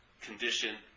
condition